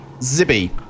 zippy